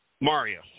Mario